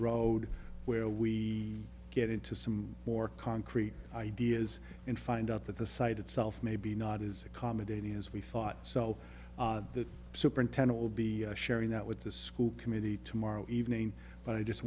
road where we get into some more concrete ideas and find out that the site itself may be not as a comedy as we thought so the superintendent will be sharing that with the school committee tomorrow evening but i just